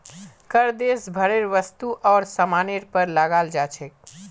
कर देश भरेर वस्तु आर सामानेर पर लगाल जा छेक